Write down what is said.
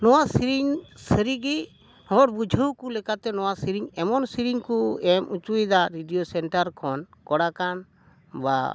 ᱱᱚᱣᱟ ᱥᱮᱨᱮᱧ ᱥᱟᱹᱨᱤᱜᱤ ᱦᱚᱲ ᱵᱩᱡᱷᱟᱹᱣ ᱠᱚ ᱞᱮᱠᱟᱛᱮ ᱱᱚᱣᱟ ᱥᱮᱨᱮᱧ ᱮᱢᱚᱱ ᱥᱮᱨᱮᱧ ᱠᱚ ᱮᱢ ᱦᱚᱪᱚᱭᱮᱫᱟ ᱨᱮᱰᱤᱭᱳ ᱥᱮᱱᱴᱟᱨ ᱠᱷᱚᱱ ᱠᱚᱲᱟ ᱠᱟᱱ ᱵᱟ